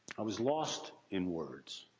i was lost in words.